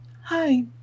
hi